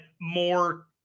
more